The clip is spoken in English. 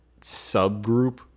subgroup